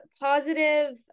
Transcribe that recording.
positive